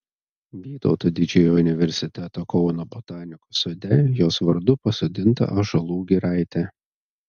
vytauto didžiojo universiteto kauno botanikos sode jos vardu pasodinta ąžuolų giraitė